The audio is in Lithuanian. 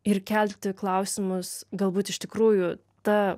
ir kelti klausimus galbūt iš tikrųjų ta